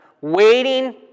waiting